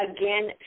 again